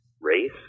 race